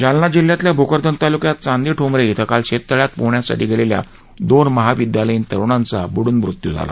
जालना जिल्ह्यातल्या भोकरदन तालुक्यात चांदई ठोंबरे श्व काल शेततळ्यात पोहण्यासाठी गेलेल्या दोन महाविद्यालयीन तरुणांचा बुडून मृत्यू झाला